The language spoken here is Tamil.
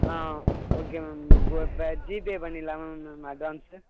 ஓகே மேம் ப இப்போ ஜிபே பண்ணிடலாமா மேம் அட்வான்ஸு